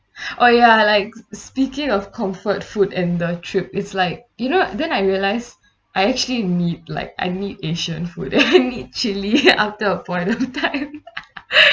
oh ya like speaking of comfort food in the trip it's like you know then I realise I actually meet like I need asian food I need chilli after a point of time